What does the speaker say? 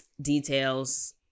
details